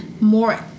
more